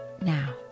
now